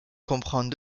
comprend